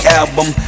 album